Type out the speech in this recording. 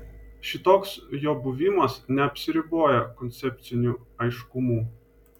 šitoks jo buvimas neapsiriboja koncepciniu aiškumu